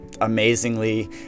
amazingly